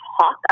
talk